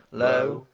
low,